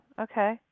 Okay